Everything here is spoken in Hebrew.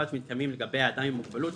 משום שמוגבלותו,